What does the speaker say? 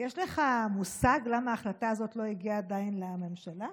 יש לך מושג למה ההחלטה הזאת לא הגיעה עדיין לממשלה?